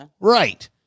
Right